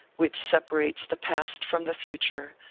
which separates the past from the future,